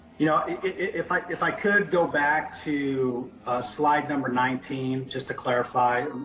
you know, if i if i could go back to a slide number nineteen, just to clarify,